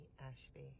Ashby